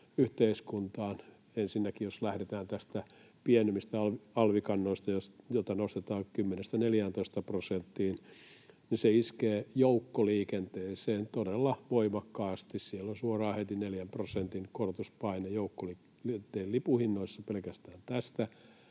yhteiskuntaan. Ensinnäkin jos lähdetään näistä pienemmistä alvikannoista, joita nostetaan 10:stä 14 prosenttiin, se iskee joukkoliikenteeseen todella voimakkaasti. Siellä on suoraan heti neljän prosentin korotuspaine joukkoliikenteen lipunhinnoissa pelkästään tästä